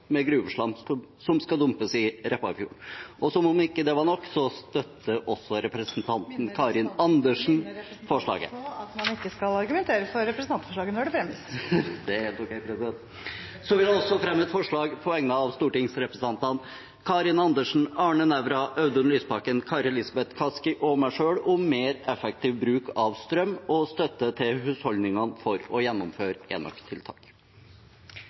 med gruveslam som skal dumpes i Repparfjorden. Og som om ikke det var nok, støtter også representanten Karin Andersen forslaget. Presidenten minner representanten på at man ikke skal argumentere for representantforslaget når det fremmes. Det er helt ok. Jeg vil også framsette et forslag på vegne av stortingsrepresentantene Karin Andersen, Arne Nævra, Audun Lysbakken, Kari Elisabeth Kaski og meg selv om mer effektiv bruk av strøm og støtte til husholdningene for å gjennomføre enøktiltak.